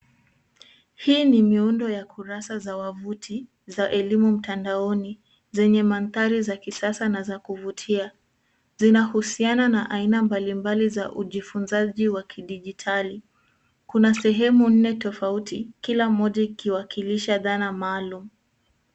Hii ni miundo ya kurasa za wavuti, za elimu mtandaoni, zenye mandhari za kisasa na za kuvutia. Zinahusiana na aina mbalimbali za ujifunzaji wa kidijitali. Kuna sehemu nne tofauti, kila moja ikiwakilisha dhana maalum.